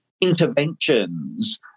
interventions